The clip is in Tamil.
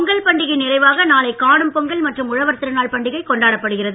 பொங்கல் பண்டிகை நிறைவாக நாளை காணும் பொங்கல் மற்றும் உழவர் திருநாள் பண்டிகை கொண்டாடப்படுகிறது